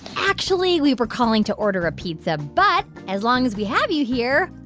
actually, we were calling to order a pizza. but as long as we have you here,